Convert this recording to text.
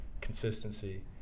consistency